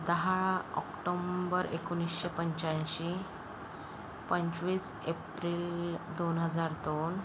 दहा ऑक्टोंबर एकोणीसशे पंच्याऐंशी पंचवीस एप्रिल दोन हजार दोन